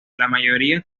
mayoría